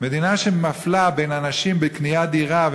מדינה שמפלה בין אנשים בקניית דירה,